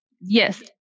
yes